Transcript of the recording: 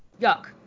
Yuck